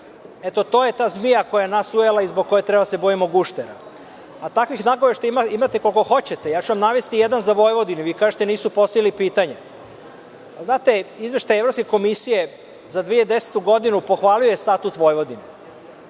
Eto, to je ta zmija koja nas je ujela i zbog koje treba da se bojimo guštera. Takvih nagoveštaja imate koliko god hoćete. Navešću vam jedan za Vojvodinu. Vi kažete – nisu postavili pitanje. Znate, Izveštaj Evropske komisije za 2010. godinu pohvalio je Statut Vojvodine.